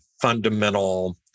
fundamental